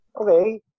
okay